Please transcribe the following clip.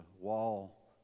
wall